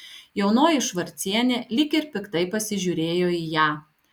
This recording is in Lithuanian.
jaunoji švarcienė lyg ir piktai pasižiūrėjo į ją